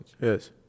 Yes